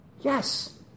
Yes